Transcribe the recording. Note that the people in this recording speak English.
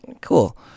Cool